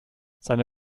seine